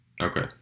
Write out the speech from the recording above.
Okay